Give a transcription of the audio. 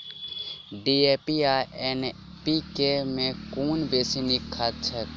DAP आ N P K मे कुन बेसी नीक खाद छैक?